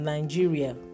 Nigeria